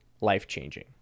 life-changing